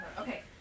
Okay